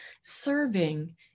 serving